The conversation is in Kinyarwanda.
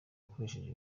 yakoresheje